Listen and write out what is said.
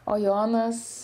o jonas